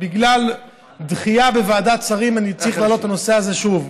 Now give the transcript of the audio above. בגלל דחייה בוועדת שרים אני צריך להעלות את הנושא הזה שוב.